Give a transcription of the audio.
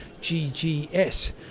GGS